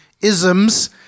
isms